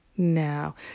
Now